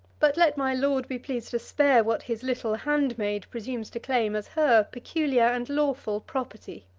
but let my lord be pleased to spare what his little handmaid presumes to claim as her peculiar and lawful property.